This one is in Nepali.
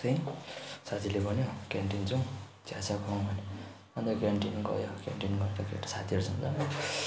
चाहिँ साथीले भन्यो क्यान्टिन जाउँ चियासिया खाउँ भन्यो अन्त क्यान्टिन गयो क्यान्टिन गएर केटा साथीहरूसँग